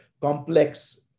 complex